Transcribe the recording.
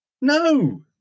No